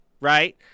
right